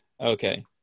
Okay